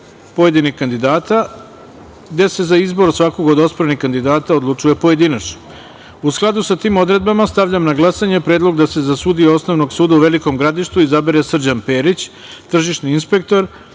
pojedinih kandidata, gde se za izbor svakog od osporenih kandidata odlučuje pojedinačno.U skladu sa tim odredbama, stavljam na glasanje da se za predlog sudije Osnovnog suda u Velikom Gradištu izabere Srđan Perić, tržišni inspektor